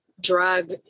drug